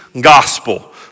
gospel